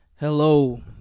Hello